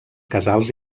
casals